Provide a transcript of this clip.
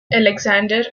alexander